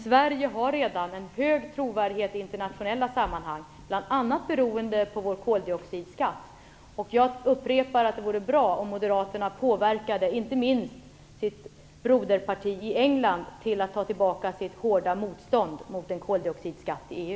Sverige har emellertid redan en hög trovärdighet i internationella sammanhang, bl.a. beroende på vår koldioxidskatt. Jag upprepar att det vore bra om Moderaterna påverkade inte minst sitt broderparti i England så att man där tog tillbaka sitt hårda motstånd mot en koldioxidskatt i EU.